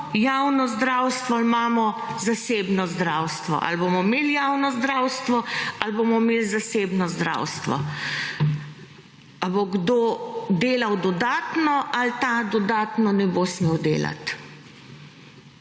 javno zdravstvo ali imamo zasebno zdravstvo, ali bomo imeli javno zdravstvo, ali bomo imeli zasebno zdravstvo. A bo kdo delal dodatno, ali ta dodatno ne bo smel delat.